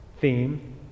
theme